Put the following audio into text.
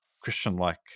Christian-like